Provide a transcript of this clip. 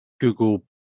Google